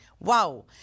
Wow